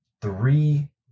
Three